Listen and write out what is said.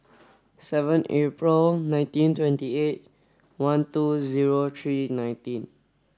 seven April nineteen twenty eight one two zero three nineteen